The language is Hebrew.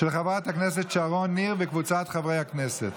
של חברת הכנסת שרון ניר וקבוצת חברי הכנסת.